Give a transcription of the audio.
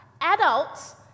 adults